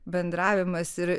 bendravimas ir